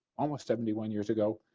almost seventy one years ago.